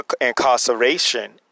Incarceration